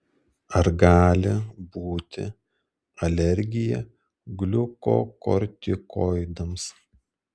ar gali būti alergija gliukokortikoidams